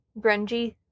grungy